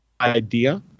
idea